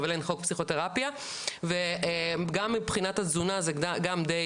אבל אין חוק פסיכותרפיה וגם מבחינת התזונה זה גם די